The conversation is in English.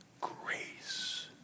grace